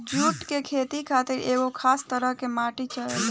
जुट के खेती खातिर एगो खास तरह के माटी चाहेला